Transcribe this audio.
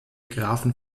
grafen